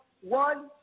one